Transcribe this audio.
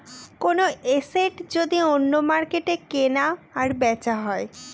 কোনো এসেট যদি অন্য মার্কেটে কেনা আর বেচা হয়